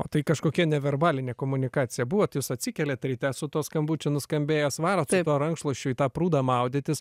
o tai kažkokia neverbalinė komunikacija buvo jūs atsikeliat ryte su tuo skambučiu nuskambėjęs jūs varot su tuo rankšluosčiu į tą prūdą maudytis